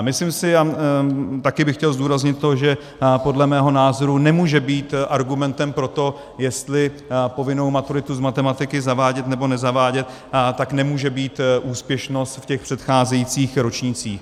Myslím si a také bych chtěl zdůraznit to, že podle mého názoru nemůže být argumentem pro to, jestli povinnou maturitu z matematiky zavádět, nebo nezavádět, nemůže být úspěšnost v těch předcházejících ročnících.